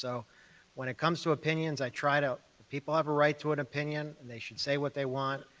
so when it comes to opinions, i try to people have a right to an opinion and they should say what they want,